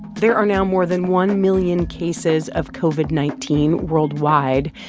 there are now more than one million cases of covid nineteen worldwide.